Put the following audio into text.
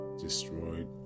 destroyed